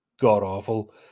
god-awful